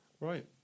Right